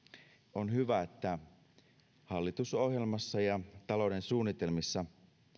on hyvä että hallitusohjelmassa ja talouden suunnitelmissa